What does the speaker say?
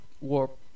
warp